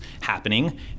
happening